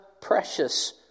precious